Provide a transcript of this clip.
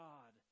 God